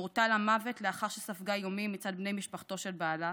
נורתה למוות לאחר שספגה איומים מצד בני משפחתו של בעלה,